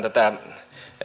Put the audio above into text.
tätä